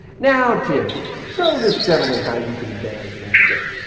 now jim, show this gentleman how you can dance and sing.